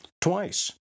twice